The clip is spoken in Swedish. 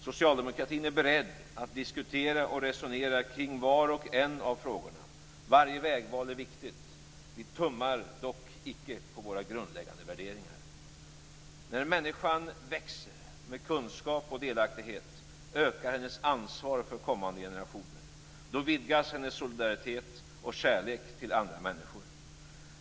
Socialdemokratin är beredd att diskutera och resonera kring var och en av frågorna. Varje vägval är viktigt. Vi tummar dock icke på våra grundläggande värderingar. När människan växer, när kunskap och delaktighet ökar hennes ansvar för kommande generationer, vidgas hennes solidaritet och kärlek till andra människor.